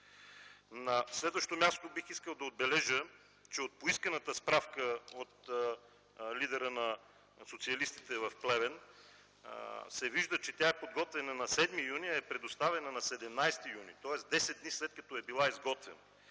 На следващо място, бих искал да отбележа, че от поисканата справка от лидера на социалистите в Плевен се вижда, че тя е подготвена на 7 юни, а е предоставена на 17 юни, тоест 10 дни, след като е била изготвена.